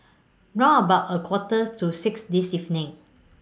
round about A Quarters to six This evening